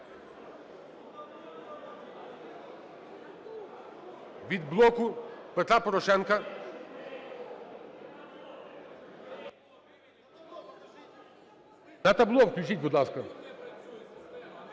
Від "Блоку Петра Порошенка"… На табло включіть, будь ласка.